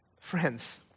Friends